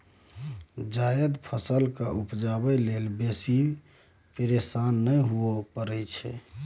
जायद फसल केँ उपजाबै लेल बेसी फिरेशान नहि हुअए परै छै